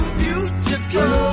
beautiful